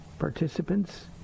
participants